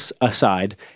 aside